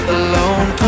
alone